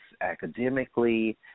academically